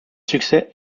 succès